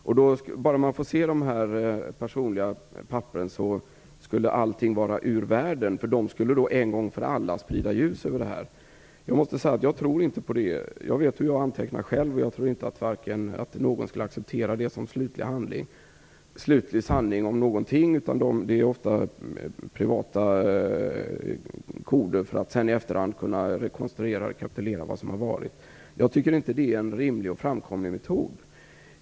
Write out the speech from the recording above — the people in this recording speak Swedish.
Om man bara får se dessa personliga papper skulle allting vara ur världen. De skulle en gång för alla sprida ljus över detta. Jag måste säga att jag inte tror på det. Jag vet hur jag själv antecknar. Jag tror inte att någon skulle acceptera mina anteckningar som en slutlig sanning om någonting. Sådana anteckningar är ofta privata koder som görs för att man i efterhand skall kunna rekonstruera eller rekapitulera vad som har sagts. Jag tycker inte att detta är en rimlig och framkomlig metod.